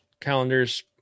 calendars